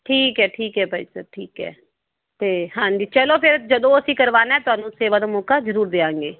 ਠੀਕ ਹੈ ਠੀਕ ਹੈ ਭਾਈ ਸਾਹਿਬ ਠੀਕ ਹੈ ਅਤੇ ਹਾਂਜੀ ਚਲੋ ਫਿਰ ਜਦੋਂ ਅਸੀਂ ਕਰਵਾਉਂਦੇ ਆ ਤੁਹਾਨੂੰ ਸੇਵਾ ਦਾ ਮੌਕਾ ਜ਼ਰੂਰ ਦੇਵਾਂਗੇ